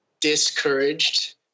discouraged